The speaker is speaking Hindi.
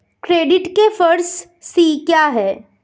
क्रेडिट के फॉर सी क्या हैं?